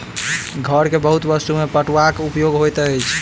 घर के बहुत वस्तु में पटुआक उपयोग होइत अछि